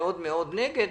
מאוד מאוד נגד,